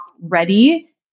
ready